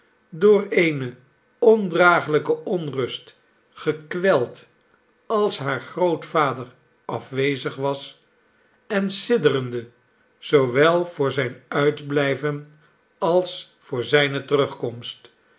door eene ondragelijke onrust gekweld als haar grootvader afwezig was en sidderende zoowel voor zijn uitblijven als voor zijne terugkomst